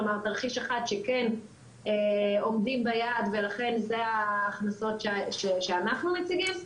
כלומר תרחיש אחד שכן עומדים ביעד ולכן אלה ההכנסות שאנחנו מציגים,